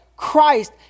Christ